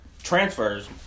Transfers